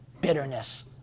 bitterness